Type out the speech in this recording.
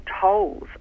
tolls